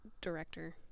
director